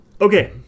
Okay